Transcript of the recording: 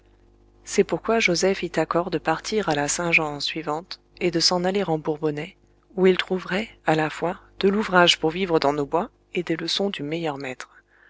c'est pourquoi joset fit accord de partir à la saint-jean ensuivante et de s'en aller en bourbonnais ou il trouverait à la fois de l'ouvrage pour vivre dans nos bois et des leçons du meilleur maître